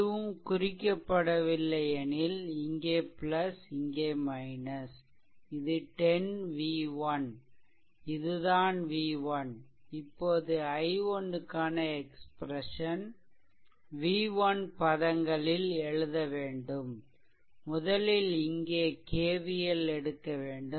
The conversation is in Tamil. எதுவும் குறிக்கப்படவில்லை எனில் இங்கே இங்கே - இது 10 v1 இதுதான் v1 இப்போது i1 க்கான எக்ஸ்ப்ரெசன் v1 பதங்களில் எழுதவேண்டும் முதலில் இங்கே KVL எடுக்கவேண்டும்